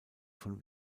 von